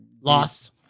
lost